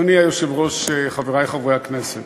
אדוני היושב-ראש, חברי חברי הכנסת,